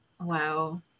Wow